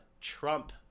trump